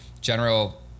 general